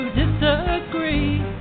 disagree